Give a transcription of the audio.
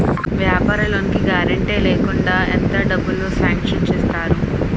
వ్యాపార లోన్ కి గారంటే లేకుండా ఎంత డబ్బులు సాంక్షన్ చేస్తారు?